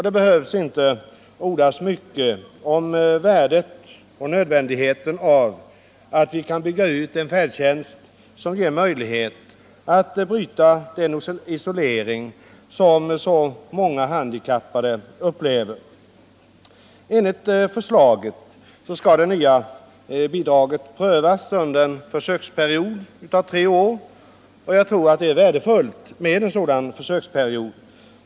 Det behöver inte ordas mycket om värdet och nödvändigheten av att vi kan bygga ut en färdtjänst som ger möjlighet att bryta den isolering som så många handikappade får uppleva. Enligt förslaget skall det nya bidraget prövas under en försöksperiod av tre år. Jag tror det är värdefullt med en sådan försöksperiod.